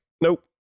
nope